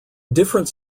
different